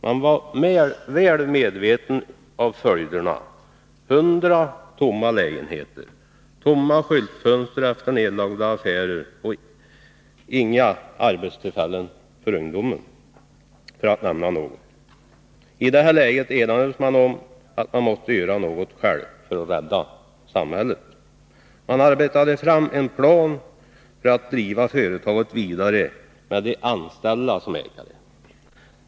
Man var väl medveten om följderna — 100 tomma lägenheter, många tomma skyltfönster efter nedlagda affärer och inga arbetstillfällen för ungdomen, för att bara nämna något. I detta läge enades man om att man måste göra något själv för att rädda samhället. Man arbetade fram en plan för att driva företaget vidare med de anställda som ägare.